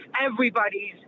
everybody's